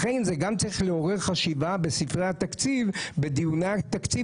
לכן זה גם צריך לעורר חשיבה לקראת דיוני התקציב,